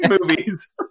movies